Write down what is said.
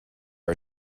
are